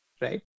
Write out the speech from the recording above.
right